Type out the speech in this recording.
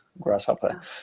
grasshopper